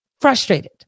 frustrated